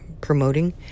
promoting